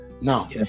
Now